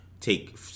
take